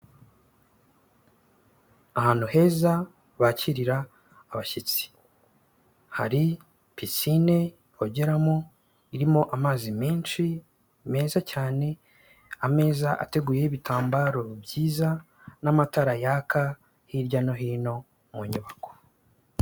Ahantu heza bakirira abashyitsi, hari pisine bogeramo, irimo amazi menshi meza cyane, ameza ateguyeho ibitambaro byiza, n'amatara yaka, hirya no hino mu nyubako.